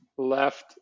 left